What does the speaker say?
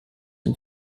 and